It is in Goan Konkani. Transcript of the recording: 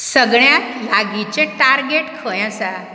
सगळ्यांत लागींचें टार्गेट खंय आसा